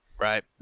Right